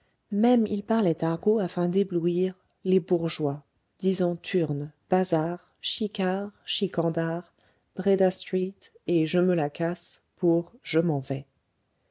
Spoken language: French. même il parlait argot afin d'éblouir les bourgeois disant turne bazar chicard chicandard bredastreet et je me la casse pour je m'en vais